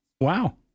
Wow